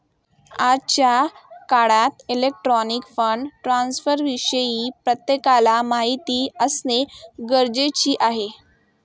आजच्या काळात electronic fund ट्रान्स्फरविषयी प्रत्येकाला माहिती असणे गरजेचे आहे